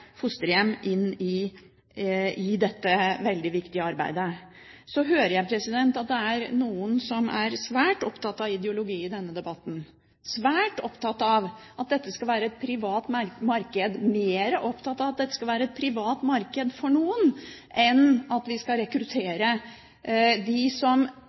fosterhjem – til dette veldig viktige arbeidet. Så hører jeg at det er noen som er svært opptatt av ideologi i denne debatten, svært opptatt av at dette skal være et privat marked, og mer opptatt av at det skal være et privat marked for noen, enn at vi skal rekruttere dem som